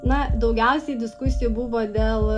na daugiausiai diskusijų buvo dėl